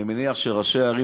אני מניח שראשי הערים